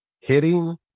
Hitting